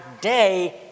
day